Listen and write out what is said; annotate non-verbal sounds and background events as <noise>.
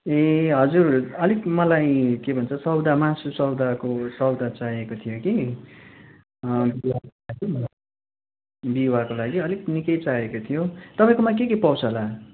ए हजुर अलिक मलाई के भन्छ सौदा मासु सौदाको सौदा चाहिएको थियो कि <unintelligible> बिहीबारको लागि अलिक निक्कै चाहिएको थियो तपाईँकोमा के के पाउँछ होला